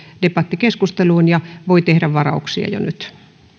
debattikeskusteluun ja voi tehdä varauksia jo nyt